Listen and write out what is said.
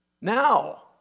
Now